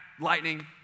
lightning